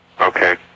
Okay